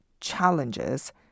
challenges